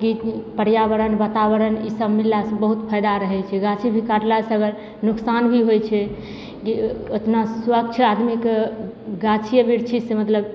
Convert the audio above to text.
कि पर्यावरण वातावरण ईसब मिललासे बहुत फायदा रहै छै गाछी भी काटलासे अगर नोकसानभी होइ छै जे ओतना स्वच्छ आदमीके गाछिए बिरछीसे मतलब